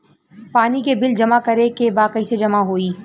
पानी के बिल जमा करे के बा कैसे जमा होई?